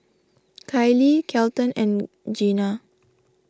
Kylee Kelton and Gena